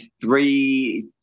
three